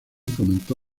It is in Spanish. comentó